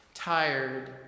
tired